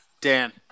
Dan